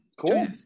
Cool